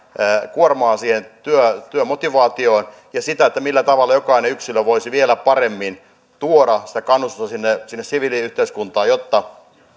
kuormaa siihen työmotivaatioon ja mietin millähän tavalla jokainen yksilö voisi vielä paremmin tuoda sitä kannustusta sinne sinne siviiliyhteiskuntaan jotta